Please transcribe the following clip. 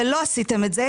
ולא עשיתם את זה,